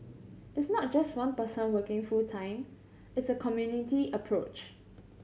it's not just one person working full time it's a community approach